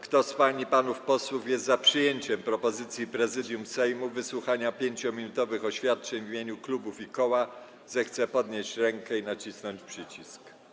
Kto z pań i panów posłów jest za przyjęciem propozycji Prezydium Sejmu dotyczącej wysłuchania 5-minutowych oświadczeń w imieniu klubów i koła, zechce podnieść rękę i nacisnąć przycisk.